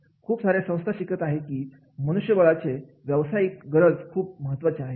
खूप सार्या संस्था शिकत आहेत की मनुष्यबळाचे व्यवसायिक गरज खूप महत्त्वाचे आहे